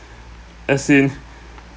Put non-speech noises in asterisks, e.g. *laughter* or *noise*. as in *breath*